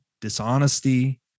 dishonesty